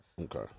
Okay